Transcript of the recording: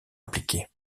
appliqué